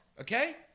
okay